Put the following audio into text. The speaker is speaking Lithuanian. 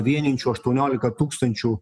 vienijančių aštuoniolika tūkstančių